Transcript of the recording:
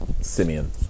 Simeon